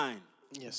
Yes